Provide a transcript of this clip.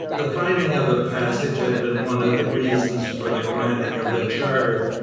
the finding of the passage had been one of the reasons for the granting of the charter,